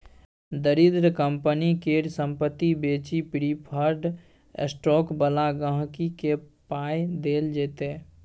दरिद्र कंपनी केर संपत्ति बेचि प्रिफर्ड स्टॉक बला गांहिकी केँ पाइ देल जेतै